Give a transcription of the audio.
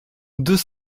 deux